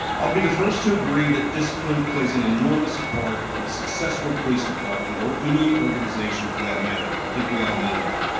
i'll be the first to agree that discipline plays an enormous part of a successful police department or any organization, for that matter. i think we all know that.